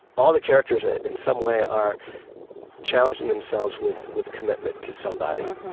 all the characters in some way are challenging themselves with with commitment to somebody.